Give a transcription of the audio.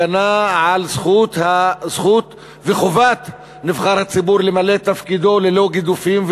הגנה על זכות וחובת נבחר ציבור למלא את תפקידו ללא גידופים,